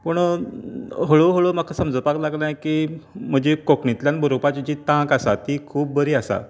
पूण हळू हळू म्हाका समजुपाक लागलें की म्हजी कोंकणीतल्यान बरोवपाची जी तांक आसा ती खूब बरी आसा